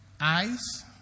Eyes